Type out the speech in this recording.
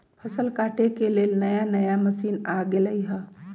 फसल काटे के लेल नया नया मशीन आ गेलई ह